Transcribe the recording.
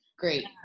great